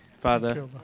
Father